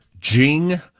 Jing